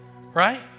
Right